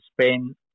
Spain